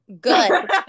Good